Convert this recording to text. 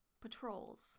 Patrols